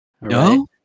no